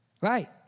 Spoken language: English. Right